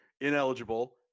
ineligible